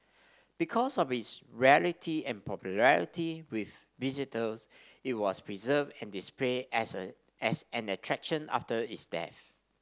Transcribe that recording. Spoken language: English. because of its rarity and popularity with visitors it was preserved and displayed as as an attraction after its death